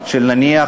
נניח,